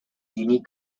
unique